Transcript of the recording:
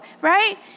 Right